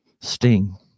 sting